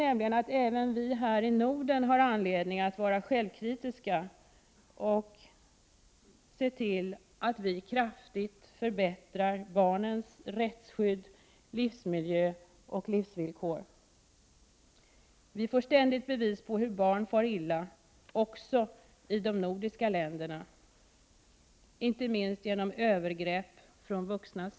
Även vi här i Norden har anledning att vara självkritiska och se till att vi kraftigt förbättrar barnens rättsskydd, livsmiljö och livsvillkor. Vi får ständigt bevis på hur barn far illa också i de nordiska länderna, inte minst genom övergrepp från vuxna.